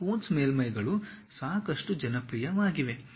ಈ ಕೂನ್ಸ್ ಮೇಲ್ಮೈಗಳು ಸಾಕಷ್ಟು ಜನಪ್ರಿಯವಾಗಿವೆ